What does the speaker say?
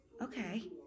Okay